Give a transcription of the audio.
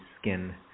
skin